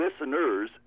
listeners